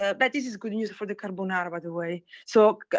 but but, this is good news for the carbonara by the way. so,